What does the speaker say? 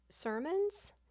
sermons